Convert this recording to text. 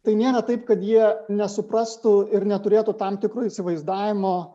tai nėra taip kad jie nesuprastų ir neturėtų tam tikro įsivaizdavimo